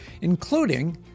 including